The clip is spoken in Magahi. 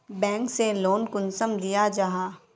बैंक से लोन कुंसम लिया जाहा?